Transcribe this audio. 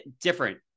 different